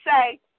say